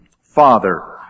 Father